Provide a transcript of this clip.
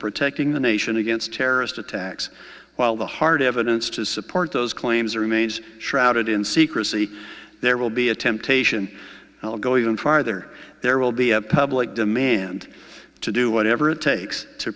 protecting the nation against terrorist attacks while the hard evidence to support those claims remains shrouded in secrecy there will be a temptation to go even farther there will be a public demand to do whatever it takes to